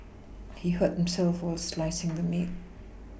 he hurt himself while slicing the meat